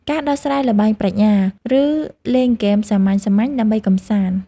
ការដោះស្រាយល្បែងប្រាជ្ញា ឬលេងហ្គេមសាមញ្ញៗដើម្បីកម្សាន្ត។